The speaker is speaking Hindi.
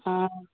हाँ